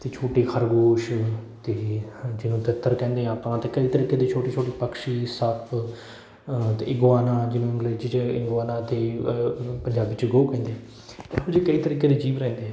ਅਤੇ ਛੋਟੇ ਖਰਗੋਸ਼ ਅਤੇ ਹ ਜਿਹਨੂੰ ਤਿੱਤਰ ਕਹਿੰਦੇ ਆ ਆਪਾਂ ਅਤੇ ਕਈ ਤਰੀਕੇ ਦੇ ਛੋਟੇ ਛੋਟੇ ਪਕਸ਼ੀ ਸੱਪ ਅਤੇ ਇਗੋਆਨਾ ਜਿਹਨੂੰ ਅੰਗਰੇਜ਼ੀ 'ਚ ਇਗੋਆਨਾ ਅਤੇ ਪੰਜਾਬੀ 'ਚ ਗੋਅ ਕਹਿੰਦੇ ਇਹੋ ਜਿਹੇ ਕਈ ਤਰੀਕੇ ਦੇ ਜੀਵ ਰਹਿੰਦੇ ਹੈ